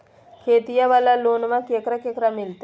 खेतिया वाला लोनमा केकरा केकरा मिलते?